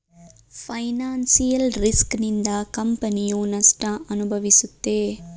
financial risk ನಿಂದ ಕಂಪನಿಯು ನಷ್ಟ ಅನುಭವಿಸುತ್ತೆ